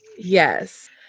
Yes